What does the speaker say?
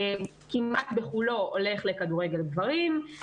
כמעט כולו הולך לכדורגל גברים.